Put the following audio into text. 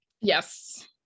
yes